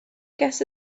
guess